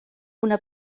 una